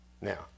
Now